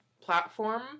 platform